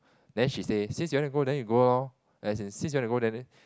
then she say since you wanna go then we go lor as in since you wanna go then then